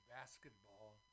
Basketball